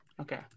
Okay